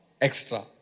extra